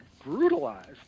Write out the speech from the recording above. Brutalized